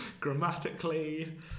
Grammatically